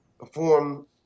perform